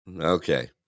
Okay